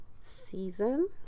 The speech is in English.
season